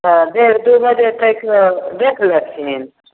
तऽ डेढ़ दुइ बजे तक देखि लेथिन